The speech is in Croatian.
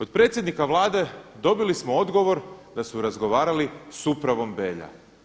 Od predsjednika Vlade dobili smo odgovor da su razgovarali sa upravom Belja.